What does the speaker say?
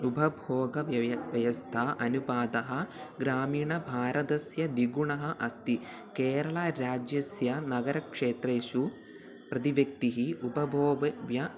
उपभोगव्ययः व्ययस्य अनुपातः ग्रामीणभारतस्य द्विगुणः अस्ति केरळाराज्यस्य नगरक्षेत्रेषु प्रतिव्यक्तेः उपभोगः